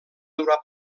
durar